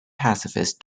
pacifist